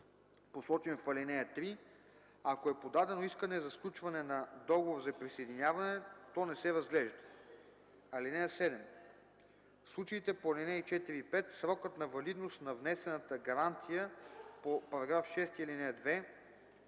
посочен в ал. 3, а ако е подадено искане за сключване на договор за присъединяване, то не се разглежда. (7) В случаите по ал. 4 и 5, срокът на валидност на внесената гаранция по § 6, ал. 2